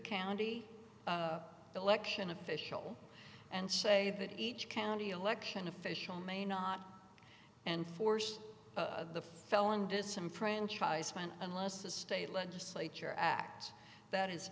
county election official and say that each county election official may not and force the felon disenfranchisement unless the state legislature act that is